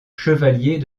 chevaliers